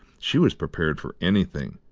she was prepared for anything,